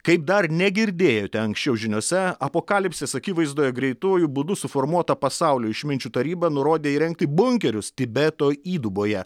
kaip dar negirdėjote anksčiau žiniose apokalipsės akivaizdoje greituoju būdu suformuota pasaulio išminčių taryba nurodė įrengti bunkerius tibeto įduboje